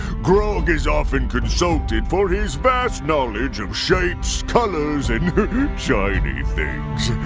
grog is often consulted for his vast knowledge of shapes, colors, and shiny things!